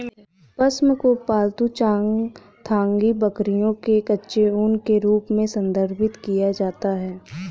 पश्म को पालतू चांगथांगी बकरियों के कच्चे ऊन के रूप में संदर्भित किया जाता है